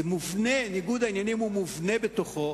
ניגוד העניינים הוא מובנה בתוכו.